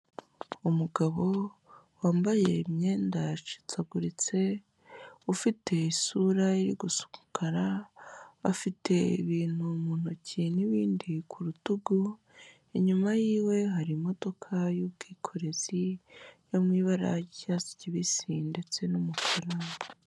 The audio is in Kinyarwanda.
Umugabo wambaye imyenda yacikaguritse, ufite isura iri gusa umukara, afite ibintu mu ntoki n'ibindi ku rutugu, inyuma yiwe hari imodoka y'ubwikorezi yo mu ibara ry'icyatsi kibisi ndetse n'umukara.